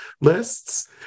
lists